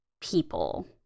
people